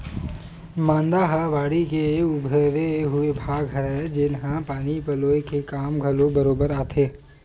मांदा ह बाड़ी के उभरे हुए भाग हरय, जेनहा पानी पलोय के काम घलो बरोबर आथे